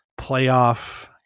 playoff